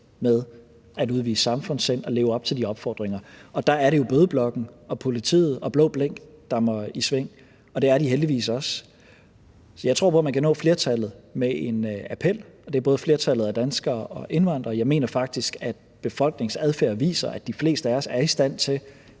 med at udvise samfundssind og leve op til de opfordringer. Og der er det jo bødeblokken og politiet og blå blink, der må i sving, og det er de heldigvis også. Jeg tror på, at man kan nå flertallet med en appel, og det er både flertallet af danskere og indvandrere. Jeg mener faktisk, at befolkningens adfærd viser, at de fleste af os er i stand til